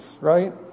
right